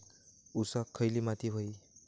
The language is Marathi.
ऊसाक खयली माती व्हयी?